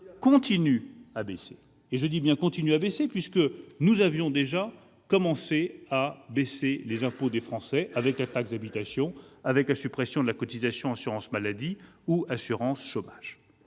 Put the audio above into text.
entendu avant vous ! Je dis bien « continuent à baisser », puisque nous avions déjà commencé à baisser les impôts des Français avec la taxe d'habitation, avec la suppression de la cotisation assurance maladie ou assurance chômage.